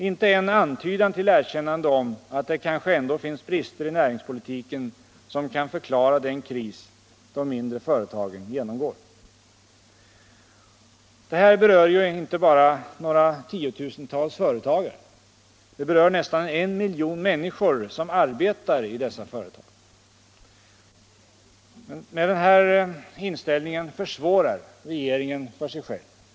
Inte en antydan till erkännande av att det kanske ändå finns brister i näringspolitiken som kan förklara den kris de mindre företagen genomgår. Detta berör ju inte bara några tiotusental företagare. Det berör nästan en miljon människor som arbetar i dessa företag. Med den här inställningen försvårar regeringen för sig själv.